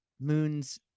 moons